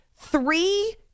Three